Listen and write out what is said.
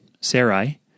sarai